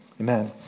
Amen